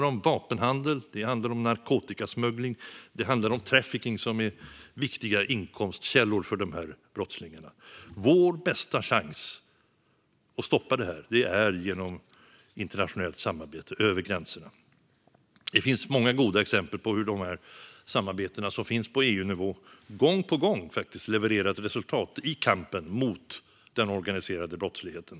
Vapenhandel, narkotikasmuggling och trafficking är viktiga inkomstkällor för dessa brottslingar. Vår bästa chans att stoppa det här är internationellt samarbete över gränserna. Det finns många goda exempel på hur de samarbeten som finns på EU-nivå gång på gång levererat resultat i kampen mot den organiserade brottsligheten.